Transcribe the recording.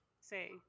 say